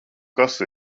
kas